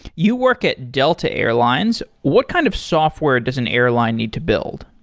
you work at delta airlines. what kind of software does an airline need to build?